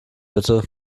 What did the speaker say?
bitte